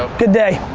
good day.